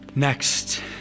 Next